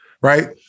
Right